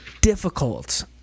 difficult